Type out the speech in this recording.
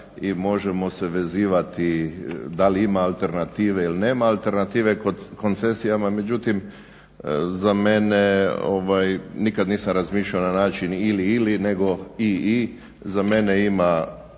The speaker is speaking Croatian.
možemo se vezivati, da li ima alternative ili nema alternative, kod koncesija. Međutim, za mene, nikad nisam razmišljao na način ili-ili, nego i-i. Za mene ima